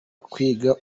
kwiga